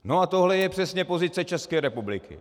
No a tohle je přesně pozice České republiky.